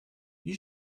you